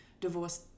divorce